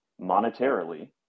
monetarily